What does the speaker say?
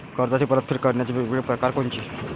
कर्जाची परतफेड करण्याचे वेगवेगळ परकार कोनचे?